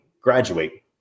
graduate